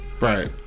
Right